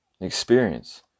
experience